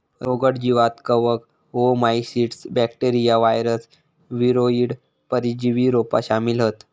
रोगट जीवांत कवक, ओओमाइसीट्स, बॅक्टेरिया, वायरस, वीरोइड, परजीवी रोपा शामिल हत